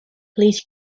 police